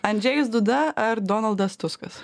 andžėjus dūda ar donaldas tuskas